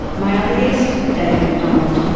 my other guest, david macdonald,